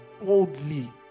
boldly